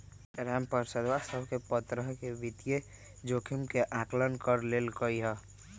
रामप्रसादवा सब प्तरह के वित्तीय जोखिम के आंकलन कर लेल कई है